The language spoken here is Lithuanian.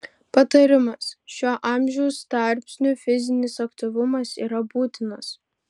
patarimas šiuo amžiaus tarpsniu fizinis aktyvumas yra būtinas